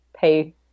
pay